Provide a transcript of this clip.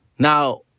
Now